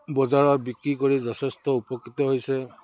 বজাৰত বিক্ৰী কৰি যথেষ্ট উপকৃত হৈছে